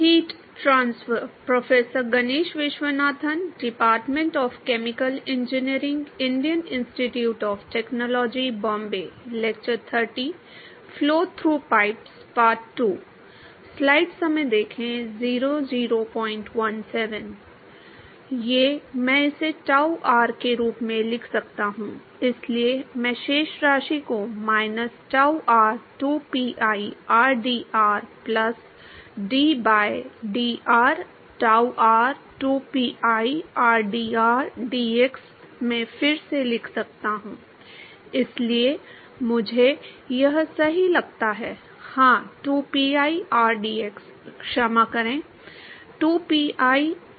ये मैं इसे ताऊ आर के रूप में लिख सकता हूं इसलिए मैं शेष राशि को माइनस ताऊ आर 2पीआई R D R plus D by dr tau R 2पीआई आरडीआर डीएक्स में फिर से लिख सकता हूं इसलिए मुझे यह सही लगता है हाँ 2pi rdx क्षमा करें 2pi rdx